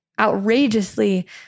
outrageously